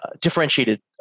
Differentiated